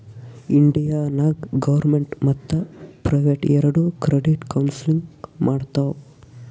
India ನಾಗ್ government ಮತ್ತ private ಎರೆಡು ಕ್ರೆಡಿಟ್ ಕೌನ್ಸಲಿಂಗ್ ಮಾಡ್ತಾವ್